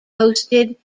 hosted